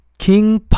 King